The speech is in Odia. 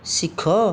ଶିଖ